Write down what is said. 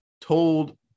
told